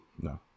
No